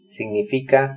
Significa